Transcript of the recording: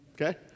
okay